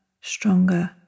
stronger